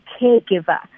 caregiver